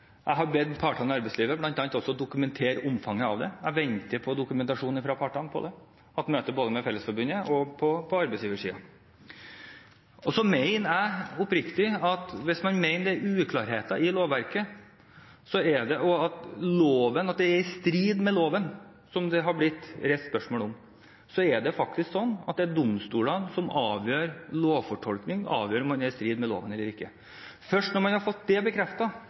Jeg har bedt partene i arbeidslivet bl.a. om å dokumentere omfanget av det. Jeg venter på dokumentasjon fra partene på det og har hatt møter både med Fellesforbundet og med arbeidsgiversiden. Så mener jeg oppriktig at hvis man mener det er uklarheter i lovverket, og at noe er i strid med loven – som det har blitt reist spørsmål om – så er det faktisk sånn at det er domstolene som avgjør lovfortolkning, avgjør om det er i strid med loven eller ikke. Først når man har fått det